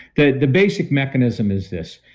the the basic mechanism is this.